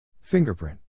fingerprint